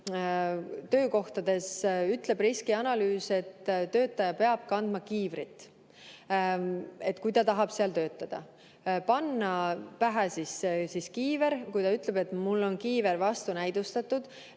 töökohtades ütleb riskianalüüs, et töötaja peab kandma kiivrit. Kui ta tahab seal töötada, tuleb panna pähe kiiver. Kui ta ütleb, et talle on kiiver vastunäidustatud,